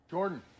Jordan